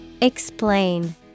Explain